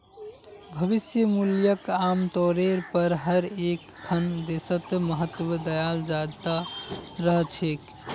भविष्य मूल्यक आमतौरेर पर हर एकखन देशत महत्व दयाल जा त रह छेक